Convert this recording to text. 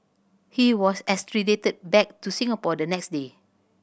he was extradited back to Singapore the next day